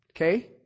Okay